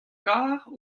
kar